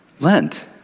Lent